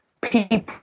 people